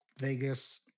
Vegas